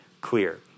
clear